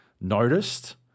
noticed